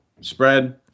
spread